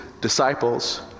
disciples